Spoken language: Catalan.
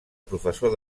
professor